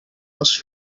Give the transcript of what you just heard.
els